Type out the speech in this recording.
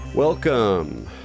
Welcome